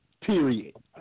period